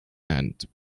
and